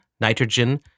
nitrogen